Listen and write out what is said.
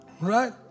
Right